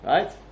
Right